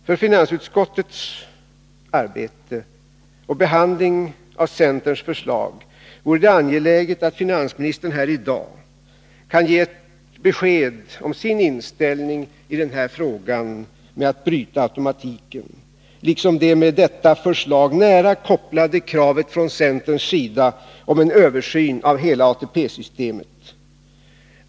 För finansutskottets behandling av centerns förslag vore det angeläget att finansministern här i dag kunde ge ett besked om sin inställning i frågan om att bryta automatiken, liksom om det med dessa förslag nära kopplade kravet från centerns sida på en översyn av hela ATP-systemet.